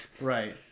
Right